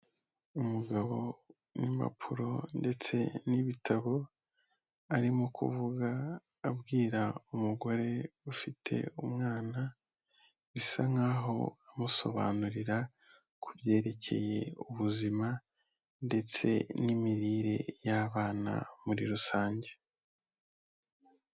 Umugabo n'impapuro ndetse n'ibitabo arimo kuvuga abwira umugore ufite umwana, bisa nkaho amusobanurira ku byerekeye ubuzima ndetse n'imirire y'abana muri rusange.